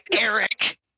Eric